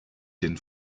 den